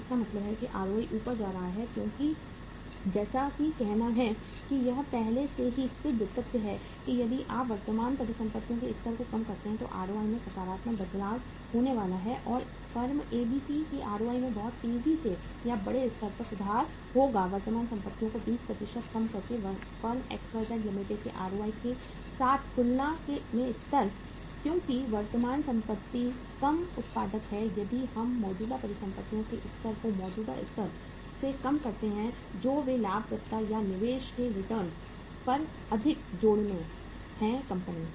तो इसका मतलब है कि ROI ऊपर जा रहा है क्योंकि जैसा कि कहना है कि यह पहले से ही सिद्ध तथ्य है कि यदि आप वर्तमान परिसंपत्तियों के स्तर को कम करते हैं तो ROI में एक सकारात्मक बदलाव होने वाला है इसलिए फर्म ABC की ROI में बहुत तेज़ी से या बड़े स्तर पर सुधार होगा वर्तमान संपत्ति को 20 कम करके फर्म XYZ लिमिटेड के ROI के साथ तुलना में स्तर क्योंकि वर्तमान संपत्ति कम उत्पादक है यदि हम मौजूदा परिसंपत्तियों के स्तर को मौजूदा स्तर से कम करते हैं जो वे लाभप्रदता या निवेश के रिटर्न पर अधिक जोड़ते हैं कंपनी